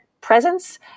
presence